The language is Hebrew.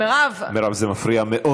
מה ההבדל בין חוק